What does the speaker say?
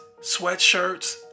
sweatshirts